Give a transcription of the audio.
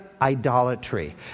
idolatry